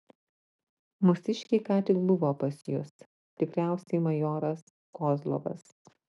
mūsiškiai ką tik buvo pas jus tikriausiai majoras kozlovas